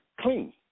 clean